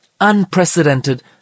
unprecedented